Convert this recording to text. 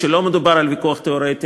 כשלא מדובר על ויכוח תיאורטי,